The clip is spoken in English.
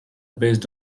based